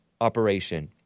operation